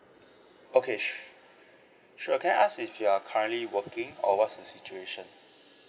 okay sure sure can I ask if you are currently working or what's the situation